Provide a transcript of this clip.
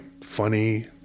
funny